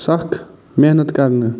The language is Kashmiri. سَخ محنت کرنہٕ